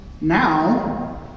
Now